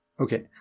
Okay